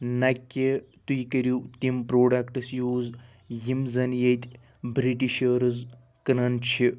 نہ کہِ تُہۍ کٔرِو تِم پرٛوڈَکٹٕس یوٗز یم زن ییٚتہِ برٛٹِشٲرٕز کٕنان چھِ